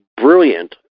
brilliant